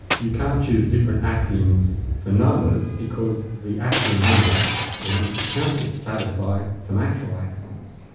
you can't choose different axioms for numbers because the actual numbers, the ones we count with, satisfy some actual axioms.